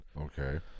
Okay